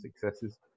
successes